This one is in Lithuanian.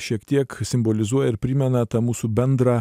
šiek tiek simbolizuoja ir primena tą mūsų bendrą